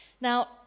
Now